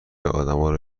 آدمهارو